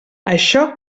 això